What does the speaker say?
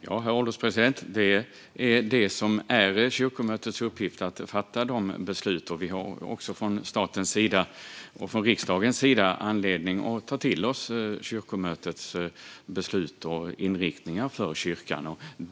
Herr ålderspresident! Det är kyrkomötets uppgift att fatta de besluten. Vi har också från statens och riksdagens sida anledning att ta till oss kyrkomötets beslut och inriktningar för kyrkan.